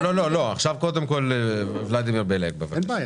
לא, לא, לא, עכשיו קודם כל ולדימיר בליאק, בבקשה.